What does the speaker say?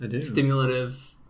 stimulative